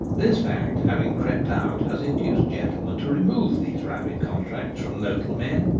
this fact having crept out has induced gentlemen to remove these rabbit contracts from local men,